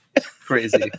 crazy